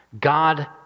God